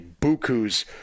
buku's